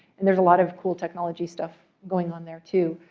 and there's a lot of cool technology stuff going on there, too.